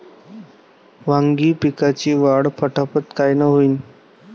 वांगी पिकाची वाढ फटाफट कायनं होईल?